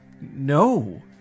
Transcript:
No